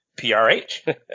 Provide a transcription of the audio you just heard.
PRH